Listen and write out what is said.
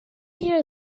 hear